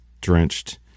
drenched